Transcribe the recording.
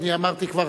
אני אמרתי כבר,